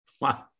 Wow